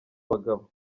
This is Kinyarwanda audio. bagabo